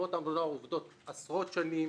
תנועות הנוער עובדות כבר עשרות שנים